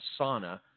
sauna